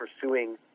pursuing